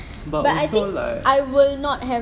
but I think I will not have